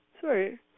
sorry